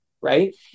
right